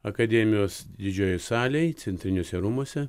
akademijos didžiojoj salėj centriniuose rūmuose